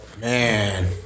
Man